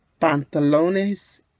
pantalones